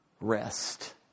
Rest